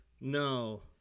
No